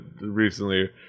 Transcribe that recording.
recently